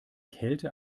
kälte